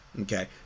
Okay